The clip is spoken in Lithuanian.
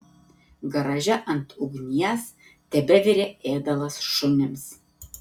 garaže ant ugnies tebevirė ėdalas šunims